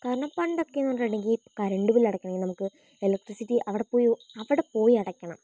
കാരണം പണ്ടോക്കെന്ന് പറഞ്ഞിട്ടുണ്ടെങ്കിൽ കറണ്ട് ബില്ല് അടയ്ക്കണമെങ്കിൽ നമുക്ക് ഇലക്ട്രിസിറ്റി അവിടെപ്പോയി അവിടെപ്പോയി അടയ്ക്കണം